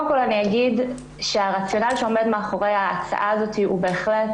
אני אומר שהרציונל שעומד מאחורי ההצעה הזאת הוא בהחלט